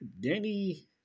Danny